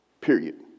Period